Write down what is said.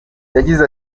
yagize